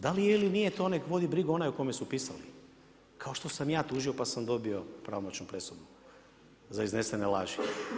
Da li je ili nije to nek' vodi brigu onaj o kome su pisali kao što sam i ja tužio pa sam dobio pravomoćnu presudu za iznesene laži.